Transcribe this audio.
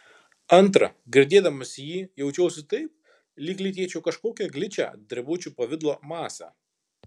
antra girdėdamas jį jaučiausi taip lyg lytėčiau kažkokią gličią drebučių pavidalo masę